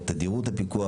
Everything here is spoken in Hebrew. תדירות הפיקוח,